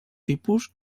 tipus